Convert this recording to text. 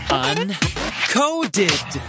uncoded